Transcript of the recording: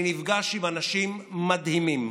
אני נפגש עם אנשים מדהימים,